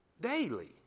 Daily